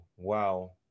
Wow